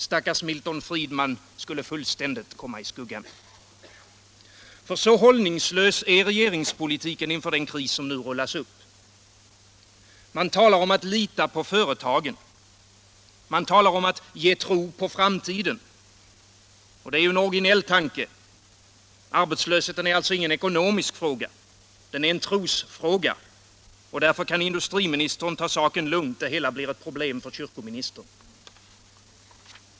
Stackars Milton Friedman skulle fullständigt komma i skuggan. Så hållningslös är regeringspolitiken inför den kris som rullas upp. Man talar om att lita på företagen. Man talar om att ge tro på framtiden. Det är en originell tanke: arbetslösheten är ingen ekonomisk fråga. Den är en trosfråga. Därför kan industriministern ta saken lugnt; det hela blir ett problem för kyrkoministern.